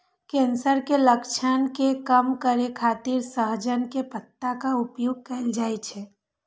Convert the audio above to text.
cancer के लक्षण के कम करै खातिर सहजन के पत्ता के उपयोग कैल जाइ छै